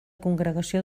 congregació